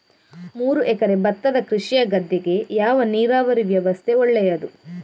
ಮೂರು ಎಕರೆ ಭತ್ತದ ಕೃಷಿಯ ಗದ್ದೆಗೆ ಯಾವ ನೀರಾವರಿ ವ್ಯವಸ್ಥೆ ಒಳ್ಳೆಯದು?